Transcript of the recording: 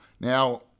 Now